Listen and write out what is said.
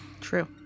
True